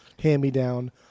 hand-me-down